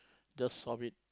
just solve it